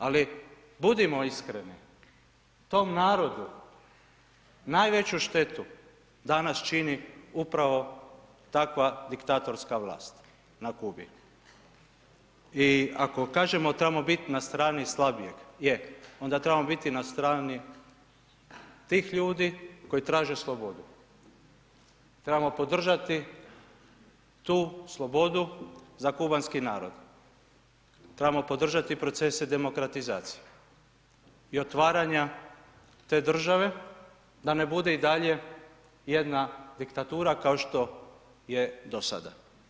Ali, budimo iskreni, tom narodu najveću štetu danas čini upravo takva diktatorska vlast na Kubi i ako kažemo tamo bit na strani slabijeg, je, onda trebamo biti na strani tih ljudi koji traže slobodu, trebamo podržati tu slobodu za kubanski narod, trebamo podržati procese demokratizacije i otvaranja te države da ne bude i dalje jedna diktatura kao što je do sada.